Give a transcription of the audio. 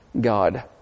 God